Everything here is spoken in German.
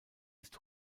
ist